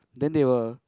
then they will